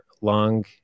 Long